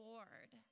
Lord